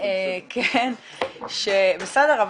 בסדר,